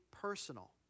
personal